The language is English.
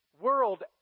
world